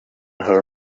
her